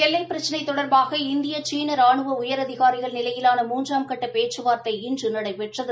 எல்லைப் பிரச்சினை தொடர்பாக இந்திய சீன ரானுவ உயரதிகாரிகள் நிலையிலான மூன்றாம் கட்ட பேச்சுவார்த்தை இன்று நடைபெற்றது